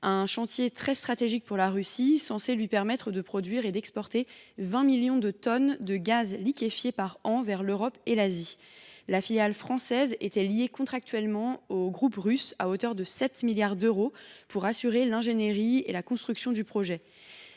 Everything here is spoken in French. Ce chantier, très stratégique pour la Russie, devait lui permettre de produire et d’exporter 20 millions de tonnes de gaz liquéfié par an vers l’Europe et l’Asie. La filiale française était liée contractuellement au groupe russe à hauteur de 7 milliards d’euros pour assurer l’ingénierie et la construction du projet.